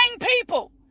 people